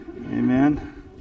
amen